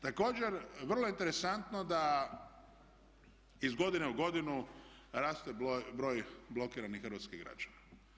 Također, vrlo je interesantno da iz godine u godinu raste broj blokiranih hrvatskih građana.